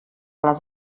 les